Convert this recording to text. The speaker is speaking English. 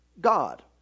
God